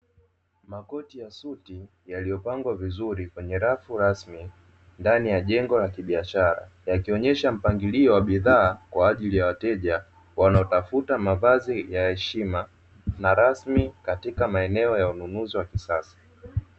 Makoti ya suti yaliyopangwa vizuri kwenye rafu rasmi ndani ya jengo la kibiashara, yakionyesha jengo la mpangilio wa bidhaa kwa ajili ya wateja wanaotafuta mavazi ya heshima na rasmi katika maeneo ya ununuzi wa kisasa.